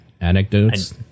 anecdotes